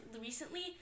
recently